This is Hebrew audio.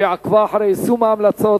שעקבה אחרי יישום ההמלצות,